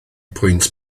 pwynt